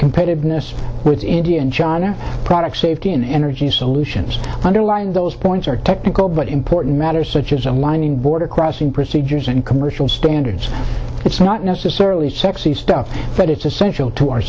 competitiveness with india and china product safety in energy solutions underlying those points are technical but important matters such as aligning border crossing procedures and commercial standards it's not necessarily sexy stuff but it's essential to our